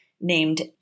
named